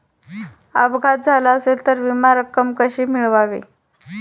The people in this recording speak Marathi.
अपघात झाला असेल तर विमा रक्कम कशी मिळवावी?